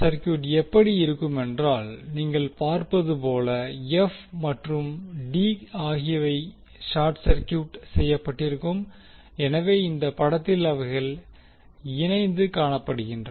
circuit எப்படி இருக்குமென்றால் நீங்கள் பார்ப்பது போல f மற்றும் d ஆகியவை ஷார்ட் சர்கியூட் செய்யப்பட்டிருக்கும் எனவே இந்த படத்தில் அவைகள் இணைந்து காணப்படுகிறது